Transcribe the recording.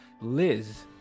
Liz